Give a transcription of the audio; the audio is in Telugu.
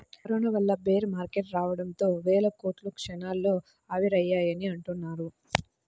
కరోనా వల్ల బేర్ మార్కెట్ రావడంతో వేల కోట్లు క్షణాల్లో ఆవిరయ్యాయని అంటున్నారు